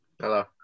Hello